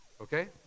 Okay